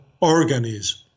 organism